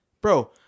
Bro